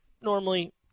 normally